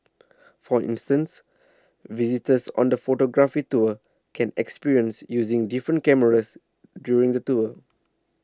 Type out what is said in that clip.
for instance visitors on the photography tour can experience using different cameras during the tour